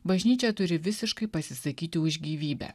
bažnyčia turi visiškai pasisakyti už gyvybę